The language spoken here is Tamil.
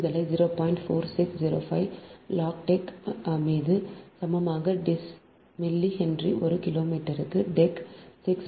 4605 லாக் டெக் மீது சமமாக டிஸ் மில்லி ஹென்றி ஒரு கிலோமீட்டருக்கு Deq 6